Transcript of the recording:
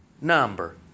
number